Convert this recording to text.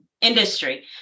industry